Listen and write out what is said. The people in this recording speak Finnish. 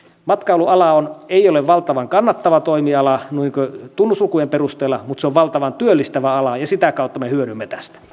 matkailuala ei ole valtavan kannattava toimiala noin tunnuslukujen perusteella mutta se on valtavan työllistävä ala ja sitä kautta me hyödymme tästä